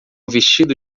vestido